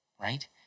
Right